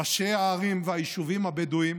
ראשי הערים והיישובים הבדואיים